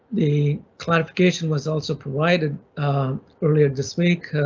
the clarification was also provided earlier this week.